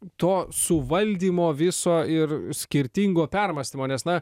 to suvaldymo viso ir skirtingo permąstymo nes na